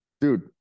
dude